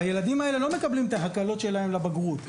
הילדים האלה לא מקבלים את ההקלות שלהם לבגרות,